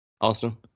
Austin